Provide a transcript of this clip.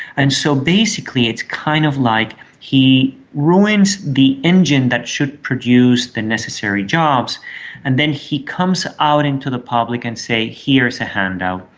and so basically it's kind of like he ruins the engine that should produce the necessary jobs and then he comes out into the public and says, here's a handout,